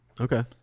Okay